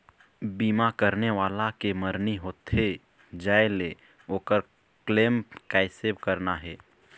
बीमा करने वाला के मरनी होथे जाय ले, ओकर क्लेम कैसे करना हे?